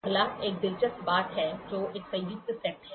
अगला एक दिलचस्प बात है जो एक संयुक्त सेट है